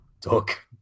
talk